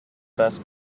best